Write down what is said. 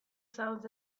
sounds